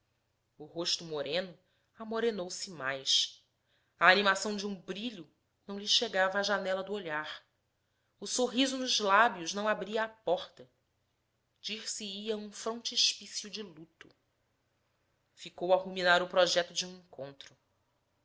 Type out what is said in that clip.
o rosto moreno amorenou se mais a animação de um brilho não lhe chegava à janela do olhar o sorriso nos lábios não abria a porta dir-se-ia um frontispício de luto ficou a ruminar o projeto de um encontro